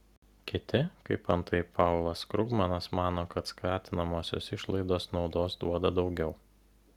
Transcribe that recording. kiti kaip antai paulas krugmanas mano kad skatinamosios išlaidos naudos duoda daugiau